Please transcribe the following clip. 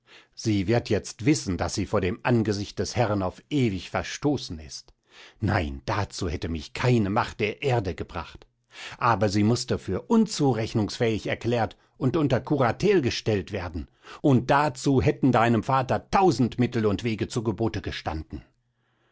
sie wird jetzt wissen daß sie vor dem angesicht des herrn auf ewig verstoßen ist nein dazu hätte mich keine macht der erde gebracht aber sie mußte für unzurechnungsfähig erklärt und unter kuratel gestellt werden und dazu hätten deinem vater tausend mittel und wege zu gebote gestanden